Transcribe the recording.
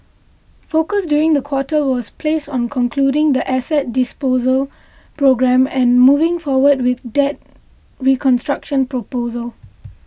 focus during the quarter was placed on concluding the asset disposal programme and moving forward with debt reconstruction proposal